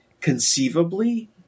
conceivably